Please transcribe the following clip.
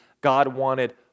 God-wanted